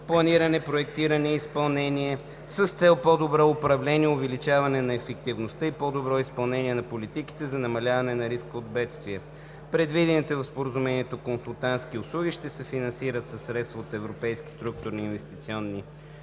планиране, проектиране и изпълнение, с цел по-добро управление, увеличаване на ефективността и по-добро изпълнение на политиките за намаляване на риска от бедствия. Предвидените в Споразумението консултантски услуги ще се финансират със средства от Европейските структурни и инвестиционни